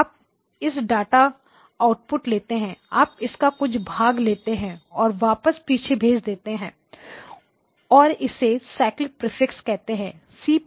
आप इस data output लेते हैं आप इसका कुछ भाग लेते हैं और उसे वापस पीछे भेज देते हैं और इसे साइक्लिक प्रीफिक्स कहते हैं CP